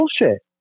bullshit